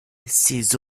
ces